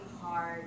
hard